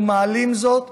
אנחנו מעלים זאת